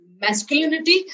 masculinity